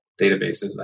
databases